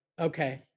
Okay